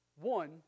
One